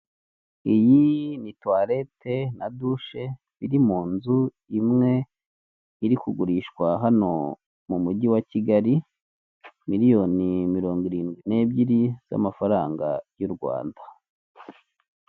Iyi ni tuwarete na dushe biri mu nzu imwe iri kugurishwa hano mu mujyi wa Kigali, miliyoni mirongo irindwi n'ebyiri z'amafaranga y'u Rwanda.